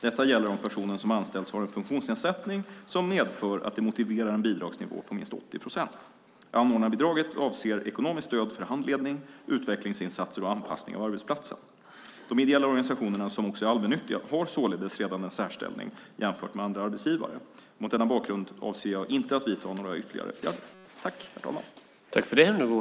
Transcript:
Detta gäller om personen som anställs har en funktionsnedsättning som medför att det motiverar en bidragsnivå på minst 80 procent. Anordnarbidraget avser ekonomiskt stöd för handledning, utvecklingsinsatser och anpassning av arbetsplatsen. De ideella organisationerna som också är allmännyttiga har således redan en särställning jämfört med andra arbetsgivare. Mot denna bakgrund avser jag inte att vidta några ytterligare åtgärder.